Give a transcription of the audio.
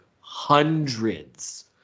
hundreds